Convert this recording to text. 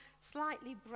slightly